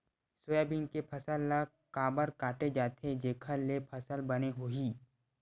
Soybean के फसल ल काबर काटे जाथे जेखर ले फसल बने होही?